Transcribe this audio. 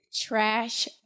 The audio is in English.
trash